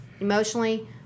emotionally